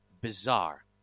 bizarre